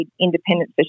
independent